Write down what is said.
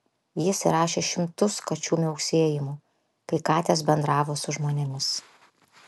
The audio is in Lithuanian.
jis įrašė šimtus kačių miauksėjimų kai katės bendravo su žmonėmis